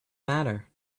matter